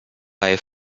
bei